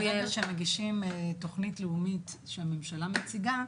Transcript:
ברגע שמגישים תכנית לאומית שהממשלה מציגה,